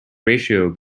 ratio